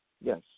Yes